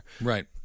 Right